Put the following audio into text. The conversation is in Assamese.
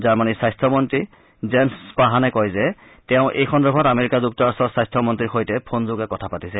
জাৰ্মনীৰ স্বাস্থমন্ত্ৰী জেনছ স্পাহানে কয় যে তেওঁ এই সন্দৰ্ভত আমেৰিকা যুক্তৰাষ্ট্ৰৰ স্বাস্থ্যমন্ত্ৰীৰ সৈতে ফোন যোগে কথা পাতিছে